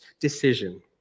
decision